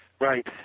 right